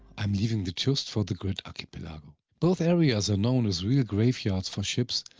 i am leaving the tjust for the gryt archipelago. both areas are known as real graveyards for ships,